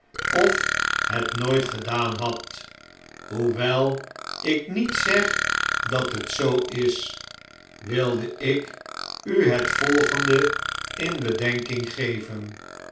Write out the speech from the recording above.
of het nooit gedaan had v hoewel ik niet zeg dat het zoo is wilde ik u het volgende in bedenking geven